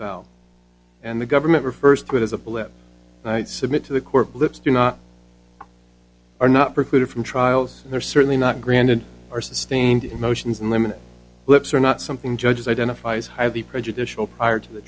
bell and the government or first group as a blip submit to the court blips do not are not precluded from trials they're certainly not granted or sustained in motions in limine blips are not something judges identify as highly prejudicial prior to the